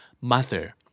mother